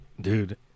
Dude